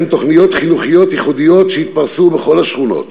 וכן תוכניות חינוכיות ייחודיות שהתפרסו בכל השכונות,